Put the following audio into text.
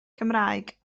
cymraeg